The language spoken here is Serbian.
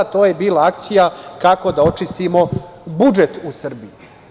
To je bila akcija kako da očistimo budžet u Srbiji.